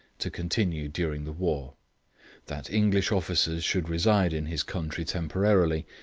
to continue during the war that english officers should reside in his country temporarily,